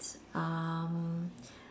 um